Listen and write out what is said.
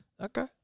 Okay